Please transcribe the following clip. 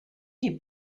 die